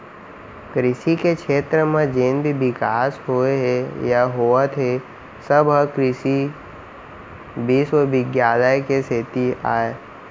कृसि के छेत्र म जेन भी बिकास होए हे या होवत हे सब ह कृसि बिस्वबिद्यालय के सेती अय